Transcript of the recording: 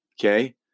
Okay